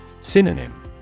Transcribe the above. Synonym